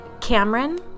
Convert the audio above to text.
Cameron